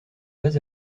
pas